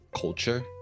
culture